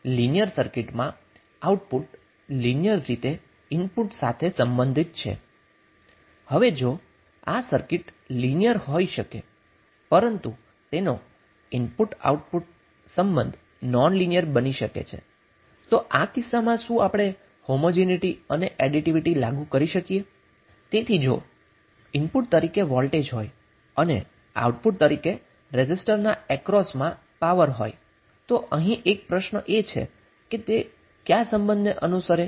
તેથી જો ઇનપુટ તરીકે વોલ્ટેજ હોય અને આઉટપુટ તરીકે રેઝિસ્ટર ના અક્રોસમાં પાવર હોય તો અહીં એક પ્રશ્ન એ છે કે તે કયા સંબંધને અનુસરે છે